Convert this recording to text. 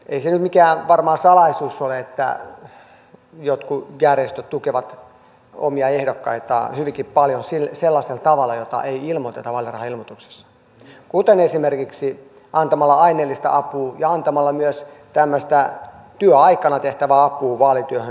ei se nyt varmaan mikään salaisuus ole että jotkut järjestöt tukevat omia ehdokkaitaan hyvinkin paljon sellaisella tavalla jota ei ilmoiteta vaalirahailmoituksessa kuten esimerkiksi antamalla aineellista apua ja antamalla myös tämmöistä työaikana tehtävää apua vaalityöhön